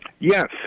Yes